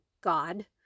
God